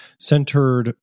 centered